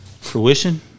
Fruition